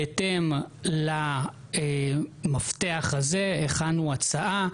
בהתאם למפתח הזה הכנו הצעה.